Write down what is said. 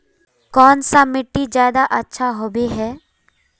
कौन सा मिट्टी ज्यादा अच्छा होबे है?